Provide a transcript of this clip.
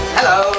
Hello